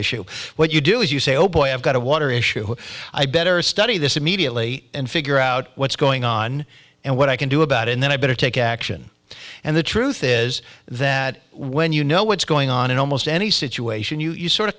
issue what you do is you say oh boy i've got a water issue i better study this immediately and figure out what's going on and what i can do about it and then i better take action and the truth is that when you know what's going on in almost any situation you sort of